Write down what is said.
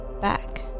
back